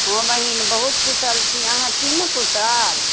हँ बहिन बहुत कुशल छी अहाँ छी ने कुशल